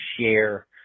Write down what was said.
share